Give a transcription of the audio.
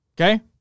Okay